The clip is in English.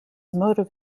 motive